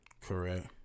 Correct